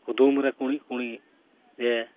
ᱠᱩᱫᱩᱢ ᱨᱮ ᱠᱩᱬᱤᱫᱼᱠᱩᱬᱤᱫ ᱡᱮ